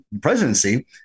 presidency